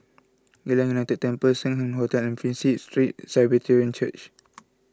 Geylang United Temple Sing Hoe Hotel and Prinsep Street Presbyterian Church